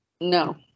No